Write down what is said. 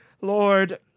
Lord